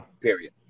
period